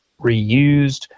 reused